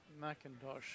Macintosh